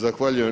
Zahvaljujem.